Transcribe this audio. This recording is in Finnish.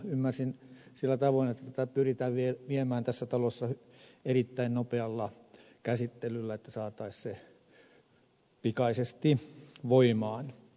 ymmärsin sillä tavoin että tätä pyritään viemään tässä talossa eteenpäin erittäin nopealla käsittelyllä että saataisiin se pikaisesti voimaan